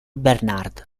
bernard